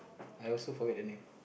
I also forget the name